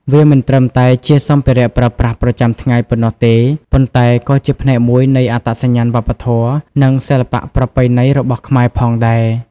វាមិនត្រឹមតែជាសម្ភារៈប្រើប្រាស់ប្រចាំថ្ងៃប៉ុណ្ណោះទេ ប៉ុន្តែក៏ជាផ្នែកមួយនៃអត្តសញ្ញាណវប្បធម៌ និងសិល្បៈប្រពៃណីរបស់ខ្មែរផងដែរ។